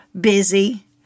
busy